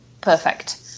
perfect